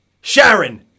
Sharon